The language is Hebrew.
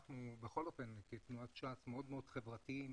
אנחנו כתנועת ש"ס מאוד מאוד חברתיים